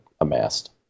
amassed